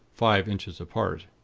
five inches apart.